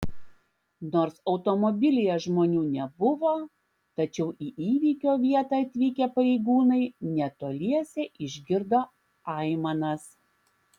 nors automobilyje žmonių nebuvo tačiau į įvykio vietą atvykę pareigūnai netoliese išgirdo aimanas